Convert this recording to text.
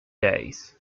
days